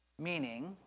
Meaning